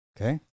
Okay